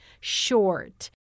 short